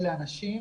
אלה אנשים